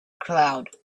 cloud